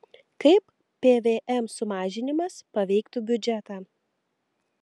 kaip pvm sumažinimas paveiktų biudžetą